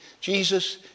Jesus